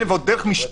הוא בא, הרי זה